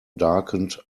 darkened